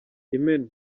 imena